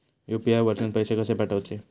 UPI वरसून पैसे कसे पाठवचे?